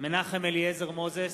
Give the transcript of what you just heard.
מנחם אליעזר מוזס,